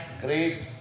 great